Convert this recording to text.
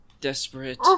Desperate